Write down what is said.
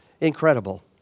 Incredible